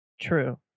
True